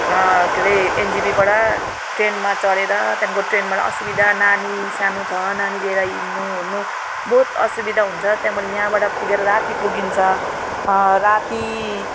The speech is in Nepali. के अरे एनजेपीबाट ट्रेनमा चढेर त्यहाँको ट्रेनबाट असुविधा नानी सानो छ नानी लिएर हिँड्नु ओर्नु बहुत असुविधा हुन्छ त्यहाँबाट यहाँबाट पुगेर राति पुगिन्छ राति